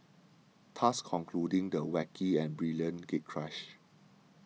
thus concluding the wacky and brilliant gatecrash